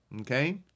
Okay